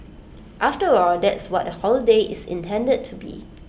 after all that's what A holiday is intended to be